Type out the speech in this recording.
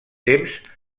temps